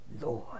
Lord